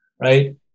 right